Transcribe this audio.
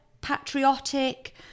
patriotic